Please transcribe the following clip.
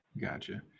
Gotcha